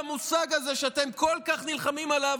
ואתם פוגעים במושג הזה שאתם כל כך נלחמים עליו,